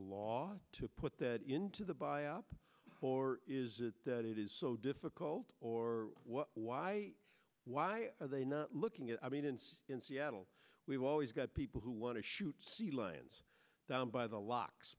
law to put that into the buy up or is it that it is so difficult or why why are they not looking at i mean it's in seattle we've always got people who want to shoot sea lions down by the locks